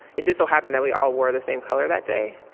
it just so happened that we all were the same color that day.